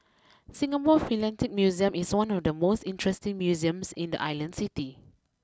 Singapore Philatelic Museum is one of the most interesting museums in the island city